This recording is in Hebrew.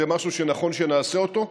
זה משהו שנכון שנעשה אותו.